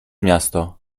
miasto